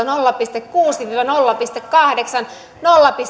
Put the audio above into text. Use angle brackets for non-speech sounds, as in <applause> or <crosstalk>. <unintelligible> nolla pilkku kuusi nolla pilkku kahdeksan hoitajamitoitusta nolla pilkku